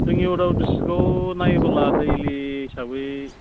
जोंनि उदालगुरि दिसथ्रिक्टाव नायोबोला दैलि हिसाबै